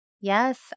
Yes